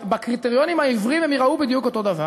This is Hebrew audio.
ובקריטריונים העיוורים הם ייראו בדיוק אותו דבר,